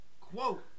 quote